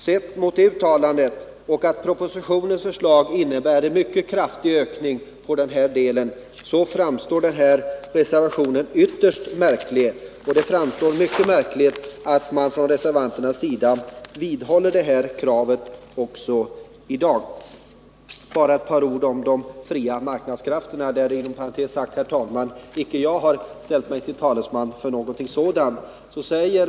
Mot bakgrund av det uttalandet och av att propositionens förslag innebär en mycket kraftig ökning framstår det som ytterst märkligt att reservanterna vidhåller det här kravet också i dag. Så bara ett par ord om de fria marknadskrafterna. Inom parentes sagt, herr talman, har jag icke gjort mig till talesman för dem.